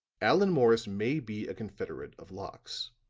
allan morris may be a confederate of locke's,